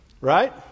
Right